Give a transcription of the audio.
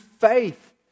faith